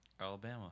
Alabama